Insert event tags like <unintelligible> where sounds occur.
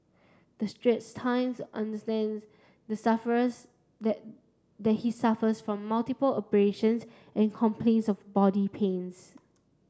the Straits Times understands the suffers <unintelligible> that he suffers from multiple abrasions and complains of body pains